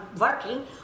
working